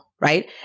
Right